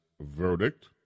verdict